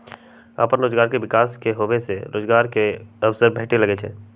अप्पन रोजगार के विकास होय से रोजगार के अवसर भेटे लगैइ छै